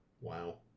Wow